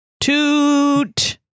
Toot